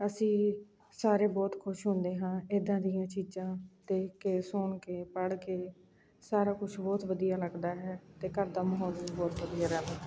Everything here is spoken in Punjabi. ਅਸੀਂ ਸਾਰੇ ਬਹੁਤ ਖੁਸ਼ ਹੁੰਦੇ ਹਾਂ ਇੱਦਾਂ ਦੀਆਂ ਚੀਜ਼ਾਂ ਦੇਖ ਕੇ ਸੁਣ ਕੇ ਪੜ੍ਹ ਕੇ ਸਾਰਾ ਕੁਛ ਬਹੁਤ ਵਧੀਆ ਲੱਗਦਾ ਹੈ ਅਤੇ ਘਰ ਦਾ ਮਾਹੌਲ ਵੀ ਬਹੁਤ ਵਧੀਆ ਰਹਿੰਦਾ